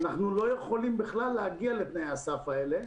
אנחנו לא יכולים בכלל להגיע לתנאי הסף האלה.